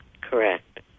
Correct